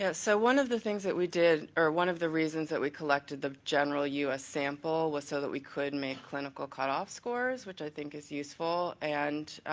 yeah so one of the things we did or one of the reasons that we collected the general u s. sample was so that we could make clinical cutoff scores which i think is useful, and